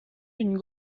une